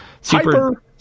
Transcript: Super